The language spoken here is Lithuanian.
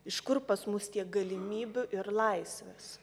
iš kur pas mus tiek galimybių ir laisvės